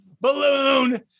balloon